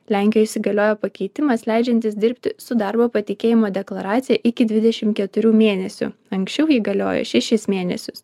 lenkijoj įsigaliojo pakeitimas leidžiantis dirbti su darbo patikėjimo deklaracija iki dvidešim keturių mėnesių anksčiau ji galiojo šešis mėnesius